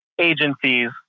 agencies